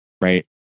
right